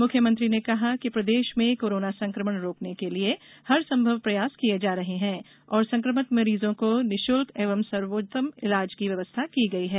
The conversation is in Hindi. मुख्यमंत्री ने कहा कि प्रदेश में कोरोना संक्रमण रोकने के लिए हर संभव प्रयास किये जा रहे है और संक्रमित मरीजों को निःशुल्क एवं सर्वोत्तम इलाज की व्यवस्था की गई है